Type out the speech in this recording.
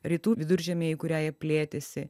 rytų viduržemy į kurią jie plėtėsi